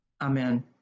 Amen